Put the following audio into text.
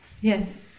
Yes